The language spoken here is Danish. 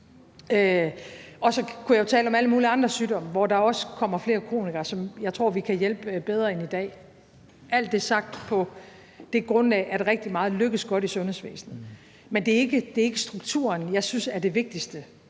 Og så kunne jeg tale om alle mulige andre sygdomme, hvor der også kommer flere kronikere, som jeg tror vi kan hjælpe bedre end i dag. Alt det er sagt på det grundlag, at rigtig meget lykkes godt i sundhedsvæsenet. Men det er ikke strukturen, jeg synes er det vigtigste.